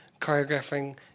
choreographing